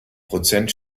prozent